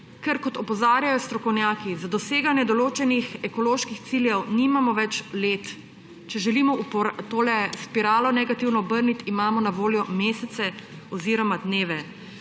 Ker, kot opozarjajo strokovnjaki, za doseganje določenih ekoloških ciljev nimamo več let, če želimo negativno spiralo obrniti, imamo na voljo mesece oziroma dneve.